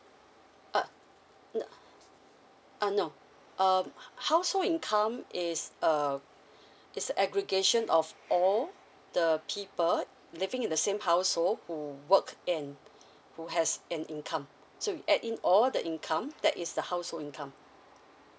uh n~ uh no um household income is a is a aggregation of all the people living in the same household who work in who has an income so we add in all the income that is the household income